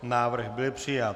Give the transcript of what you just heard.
Návrh byl přijat.